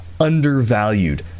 undervalued